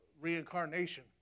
reincarnation